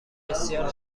بسیار